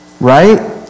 right